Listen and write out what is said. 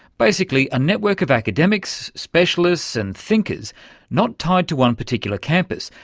basically a network of academics, specialists and thinkers not tied to one particular campus,